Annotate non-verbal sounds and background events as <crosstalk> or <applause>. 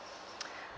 <noise>